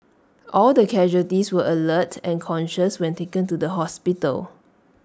all the casualties were alert and conscious when taken to the hospital